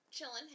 Chilling